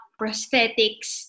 prosthetics